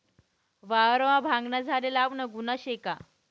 वावरमा भांगना झाडे लावनं गुन्हा शे का?